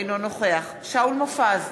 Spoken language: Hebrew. אינו נוכח שאול מופז,